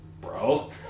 Bro